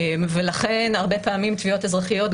ולכן הרבה פעמים תביעות אזרחיות,